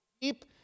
keep